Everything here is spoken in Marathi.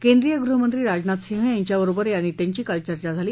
केंद्रीय गुहमंत्री राजनाथ सिंह यांच्याबरोबर दोलनाच्या नखींची काल चर्चा झाली